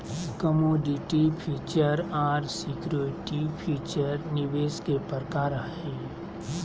commodity future आर security future निवेश के प्रकार हय